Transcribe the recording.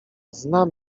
znam